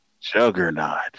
Juggernaut